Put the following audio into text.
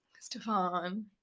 Stefan